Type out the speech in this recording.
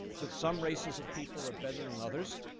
that some races of people are better than others,